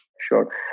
Sure